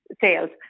sales